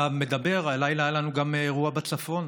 אתה מדבר, הלילה היה לנו גם אירוע בצפון,